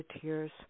tears